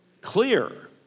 Clear